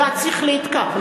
בג"ץ החליט כך,